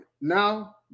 now